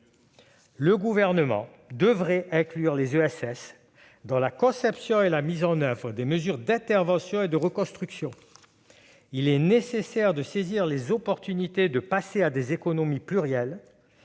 Le Gouvernement devrait inclure les ESS dans la conception et la mise en oeuvre des mesures d'intervention et de reconstruction. Il est nécessaire de saisir les occasions de passer à des économies plurielles